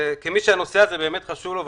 כמי שהנושא הזה באמת חשוב לו,